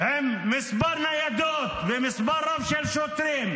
עם מספר ניידות ומספר רב של שוטרים.